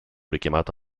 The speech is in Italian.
richiamato